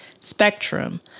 spectrum